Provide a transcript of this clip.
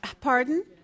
Pardon